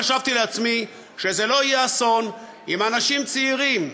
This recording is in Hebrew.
חשבתי לעצמי שזה לא יהיה אסון אם אנשים צעירים,